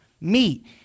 meet